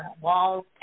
walls